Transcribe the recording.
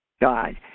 God